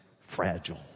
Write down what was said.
fragile